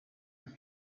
time